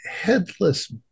headless